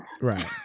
Right